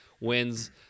wins –